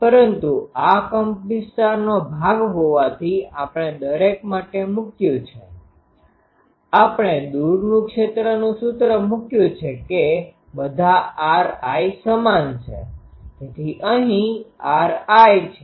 પરંતુ આ કંપનવિસ્તારનો ભાગ હોવાથી આપણે દરેક માટે મૂકયુ છે આપણે દૂર ક્ષેત્રનું સૂત્ર મૂકયુ છે કે બધા ri સમાન છે તેથી અહી ri છે